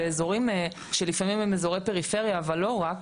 באזורים שלפעמים הם אזורי פריפריה אבל לא רק.